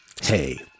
Hey